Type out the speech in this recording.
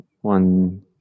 one